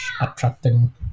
attracting